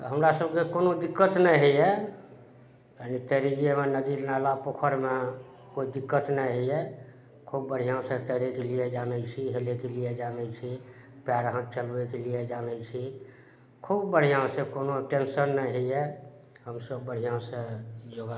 हमरा सभके कोनो दिक्कत नहि होइए तैरयमे नदी नाला पोखरिमे कोइ दिक्कत नहि होइए खूब बढ़िआँसँ तैरयके लिये जानय छी हेलयके लिये जानय छी पयर हाथ चलबैके लिये जानय छी खूब बढ़िआँसँ कोनो टेन्शन नहि होइए हम सभ बढ़िआँसँ योगा